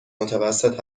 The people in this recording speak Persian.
متوسط